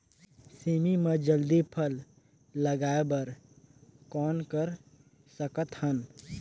सेमी म जल्दी फल लगाय बर कौन कर सकत हन?